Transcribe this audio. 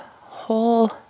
whole